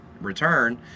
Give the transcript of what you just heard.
return